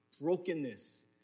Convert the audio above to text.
brokenness